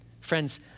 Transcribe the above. Friends